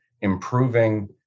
improving